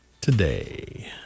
today